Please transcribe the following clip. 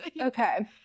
Okay